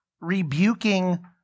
rebuking